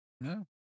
No